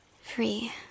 free